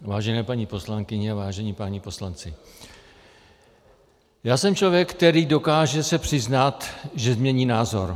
Vážené paní poslankyně, vážení páni poslanci, já jsem člověk, který se dokáže přiznat, že změní názor.